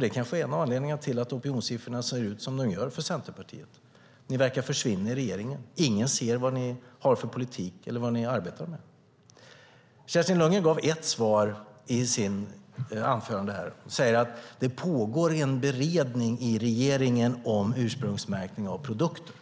Det kanske är en av anledningarna till att opinionssiffrorna för Centerpartiet ser ut som de gör. Ni verkar försvinna i regeringen. Ingen ser vad ni har för politik eller vad ni arbetar med. Kerstin Lundgren gav ett svar i sitt anförande här. Hon sade att det pågår en beredning i regeringen om ursprungsmärkning av produkter.